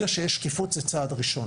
זה שיש שקיפות זה צעד ראשון.